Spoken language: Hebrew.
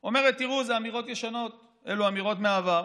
אומרת: תראו, אלו אמירות ישנות, אלו אמירות מהעבר.